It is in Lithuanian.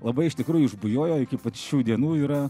labai iš tikrųjų išbujojo iki pat šių dienų yra